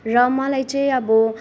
र मलाई चाहिँ अब